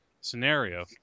scenario